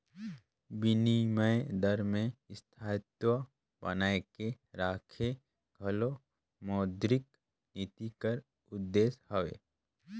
बिनिमय दर में स्थायित्व बनाए के रखई घलो मौद्रिक नीति कर उद्देस हवे